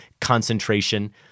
concentration